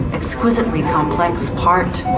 exquisitely complex part